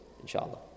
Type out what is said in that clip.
inshallah